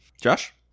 Josh